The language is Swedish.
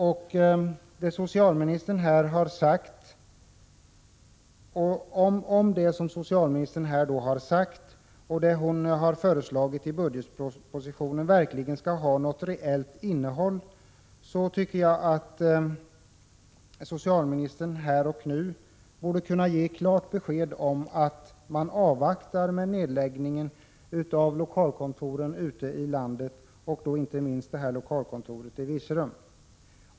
Om det som socialministern här har sagt och det hon har föreslagit i budgetpropositionen verkligen skall ha ett reellt innehåll, tycker jag att socialministern här och nu borde kunna ge klart besked om att man avvaktar med nedläggningar av lokalkontor ute i landet, inte minst beträffande lokalkontoret i Virserum.